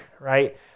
right